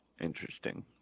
Interesting